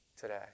today